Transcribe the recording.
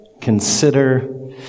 consider